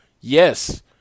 Yes